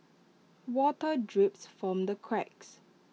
water drips from the cracks